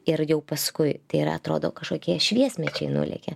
ir jau paskui tai yra atrodo kažkokie šviesmečiai nulėkė